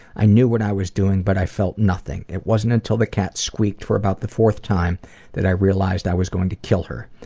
i knew what i was doing but i felt nothing. it wasn't until the cat squeaked for about the fourth time that i realized i was going to kill her.